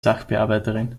sachbearbeiterin